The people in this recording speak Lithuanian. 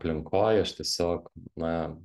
aplinkoj aš tiesiog na